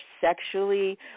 sexually